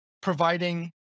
providing